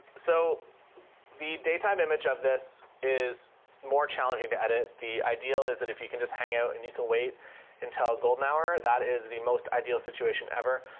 so the daytime image of this is more challenging to edit. the ideal is that if you can just hang out and you can wait until golden hour, that is the most ideal situation ever.